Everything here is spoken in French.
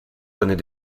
connais